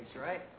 right